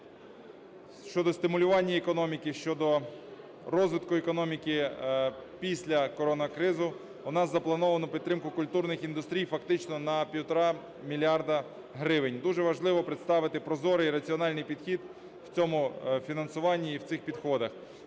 щодо стимулювання економіки, щодо розвитку економіки після коронакризи у нас заплановано підтримку культурних індустрій фактично на 1,5 мільярда гривень. Дуже важливо представити прозорий і раціональний підхід у цьому фінансуванні і в цих підходах.